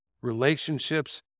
relationships